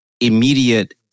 immediate